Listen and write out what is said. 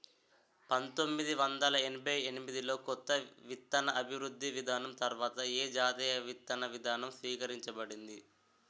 పంతోమ్మిది వందల ఎనభై ఎనిమిది లో కొత్త విత్తన అభివృద్ధి విధానం తర్వాత ఏ జాతీయ విత్తన విధానం స్వీకరించబడింది?